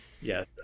Yes